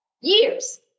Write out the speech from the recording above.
years